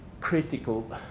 critical